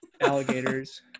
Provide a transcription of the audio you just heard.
alligators